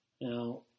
Now